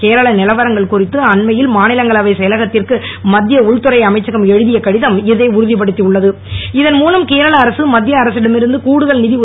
கேரள நிலவரங்கள் குறித்து அண்மையில் மாநிலங்களவை செயலகத்திற்கு மத்திய உள்துறை அமைச்சகம் எழுதிய கடிதம் இதை உறுதிப்படுத்தி இதன் மூலம் கேரள அரசு மத்திய அரசிடம் இருந்து கூடுதல் நிதி உள்ளது